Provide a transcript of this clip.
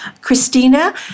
Christina